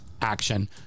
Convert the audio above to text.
action